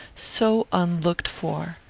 so unlooked-for.